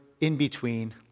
in-between